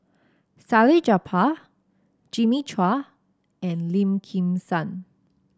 Salleh Japar Jimmy Chua and Lim Kim San